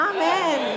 Amen